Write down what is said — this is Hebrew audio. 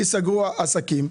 יסגרו עסקים,